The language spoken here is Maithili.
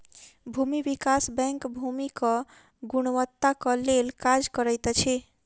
भूमि विकास बैंक भूमिक गुणवत्ताक लेल काज करैत अछि